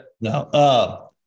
No